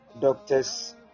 doctors